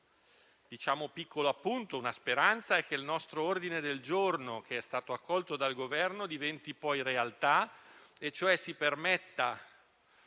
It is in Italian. L'unico piccolo appunto è la speranza che il nostro ordine del giorno, che è stato accolto dal Governo, diventi poi realtà e si permetta